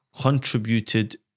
contributed